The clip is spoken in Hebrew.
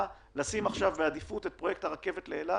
לשים עכשיו בעדיפות את פרויקט הרכבת לאילת